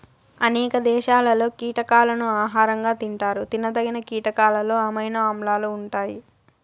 అనేక దేశాలలో కీటకాలను ఆహారంగా తింటారు తినదగిన కీటకాలలో అమైనో ఆమ్లాలు ఉంటాయి